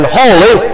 holy